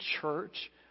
church